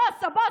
הבוס,